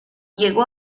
llegó